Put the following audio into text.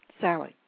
Sally